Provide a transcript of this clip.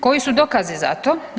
Koji su dokazi za to?